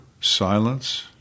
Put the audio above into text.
silence